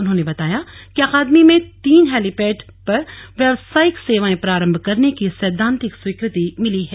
उन्होंने बताया कि अकादमी में तीन हेलीपेड पर व्यावसायिक सेवाएं प्रारम्भ करने की सैद्वांतिक स्वीकृति मिली है